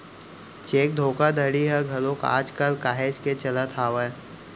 cheque धोखाघड़ी ह घलोक आज कल काहेच के चलत हावय